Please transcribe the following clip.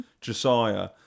Josiah